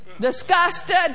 disgusted